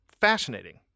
fascinating